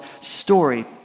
story